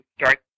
start